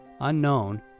unknown